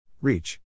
Reach